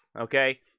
Okay